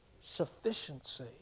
sufficiency